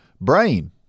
brain